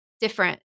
different